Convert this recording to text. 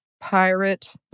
pirate